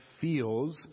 feels